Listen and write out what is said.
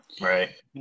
Right